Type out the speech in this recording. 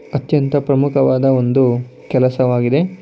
ಅತ್ಯಂತ ಪ್ರಮುಖವಾದ ಒಂದು ಕೆಲಸವಾಗಿದೆ